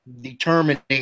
determining